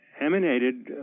emanated